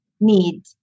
need